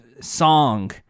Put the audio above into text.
song